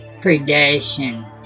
predation